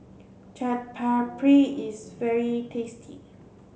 Chaat Papri is very tasty